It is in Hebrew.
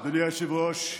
אדוני היושב-ראש,